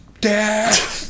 Dad